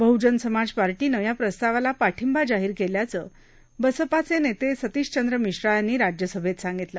बह्जन समाज पार्टीनं या प्रस्तावाला पाठींबा जाहीर केल्याचं बसपाचे नेते सतीश चंद्र मिश्रा यांनी राज्यसभेत सांगितलं